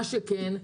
מה שכן,